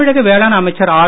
தமிழக வேளாண் அமைச்சர் ஆர்